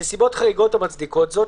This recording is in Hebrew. בנסיבות חריגות המצדיקות זאת,